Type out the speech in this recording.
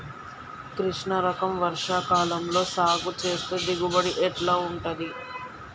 కృష్ణ రకం వర్ష కాలం లో సాగు చేస్తే దిగుబడి ఎట్లా ఉంటది?